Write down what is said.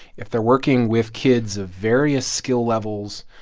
if they're working with kids of various skill levels?